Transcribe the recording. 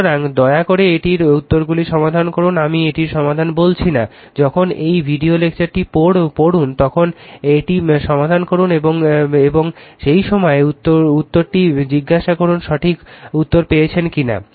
সুতরাং দয়া করে এটির উত্তরগুলি সমাধান করুন আমি এটির সমাধান বলছি না যখন এই ভিডিও লেকচারটি পড়ুন তখন এটি সমাধান করুন এবং কী কল করুন এবং সেই সময়ে উত্তরটি জিজ্ঞাসা করুন সঠিক উত্তর পেয়েছেন কি না